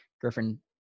Griffin